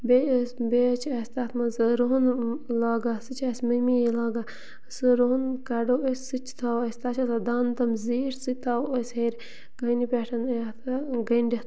بیٚیہِ ٲسۍ بیٚیہِ حظ چھِ اَسہِ تَتھ منٛز رۄہَن لاگان سُہ چھِ اَسہِ مٔمی یی لاگان سُہ رۄہَن کَڑو أسۍ سُہ چھِ تھاوان أسۍ تَتھ چھِ آسان دان تِم زیٖٹھۍ سُہ تھاوو أسۍ ہیٚرِ کٲنی پٮ۪ٹھ یَتھ گٔنڈِتھ